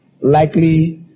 likely